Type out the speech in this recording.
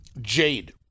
Jade